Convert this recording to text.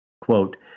Quote